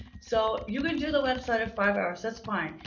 so you can do the website of five hours. that's fine.